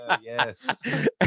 Yes